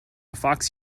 fox